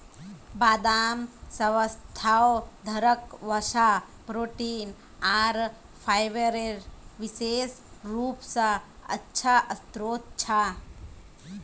बदाम स्वास्थ्यवर्धक वसा, प्रोटीन आर फाइबरेर विशेष रूप स अच्छा स्रोत छ